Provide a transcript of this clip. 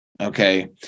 Okay